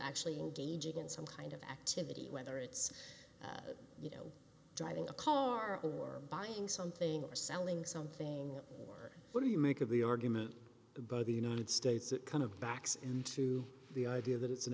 actually engaging in some kind of activity whether it's you know driving a car or buying something or selling something or what do you make of the argument by the united states it kind of backs into the idea that it's an